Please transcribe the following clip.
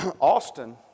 Austin